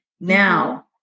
Now